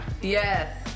Yes